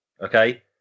okay